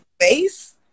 face